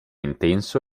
intenso